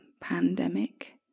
pandemic